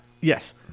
Yes